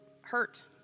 hurt